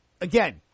Again